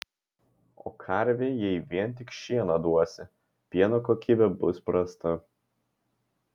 o karvei jei vien tik šieną duosi pieno kokybė bus prasta